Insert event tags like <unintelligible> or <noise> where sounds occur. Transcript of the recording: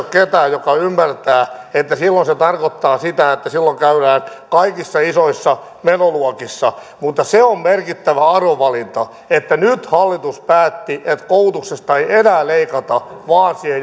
<unintelligible> ketään joka ei ymmärtäisi että silloin se tarkoittaa sitä että silloin käydään kaikissa isoissa menoluokissa mutta se on merkittävä arvovalinta että nyt hallitus päätti että koulutuksesta ei enää leikata vaan siihen <unintelligible>